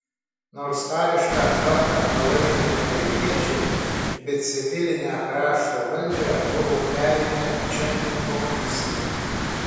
nors karišką tvarką palaikė amerikiečiai bet civilinę krašto valdžią buvo perėmę čekų komunistai